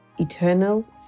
eternal